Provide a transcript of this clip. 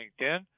LinkedIn